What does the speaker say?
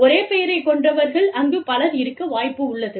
ஒரே பெயரைக் கொண்டவர்கள் அங்குப் பலர் இருக்க வாய்ப்புள்ளது